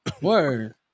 Word